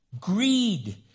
greed